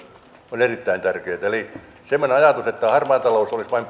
on erittäin tärkeätä eli semmoinen ajatus että harmaa talous olisi vain